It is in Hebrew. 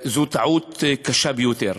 זו טעות קשה ביותר.